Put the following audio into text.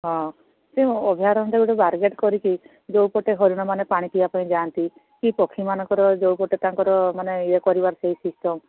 ହଁ ତେଣୁ ଅଭୟାରଣ୍ୟଟା ଗୋଟେ ବ୍ୟାରିକେଡ୍ କରିକି ଯେଉଁ ପଟେ ହରିଣ ମାନେ ପାଣି ପିଇବା ପାଇଁ ଯାଆନ୍ତି କି ପକ୍ଷୀମାନଙ୍କର ଯେଉଁ ପଟେ ତାଙ୍କର ମାନେ ଇଏ କରିବାର ଥାଏ ସିଷ୍ଟମ